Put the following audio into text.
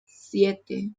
siete